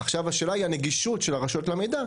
עכשיו השאלה היא הנגישות של הרשויות למידע.